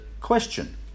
question